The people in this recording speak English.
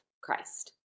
Christ